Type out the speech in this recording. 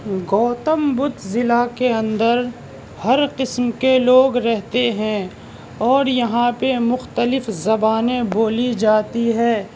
گوتم بدھ ضلع کے اندر ہر قسم کے لوگ رہتے ہیں اور یہاں پہ مختلف زبانیں بولی جاتی ہے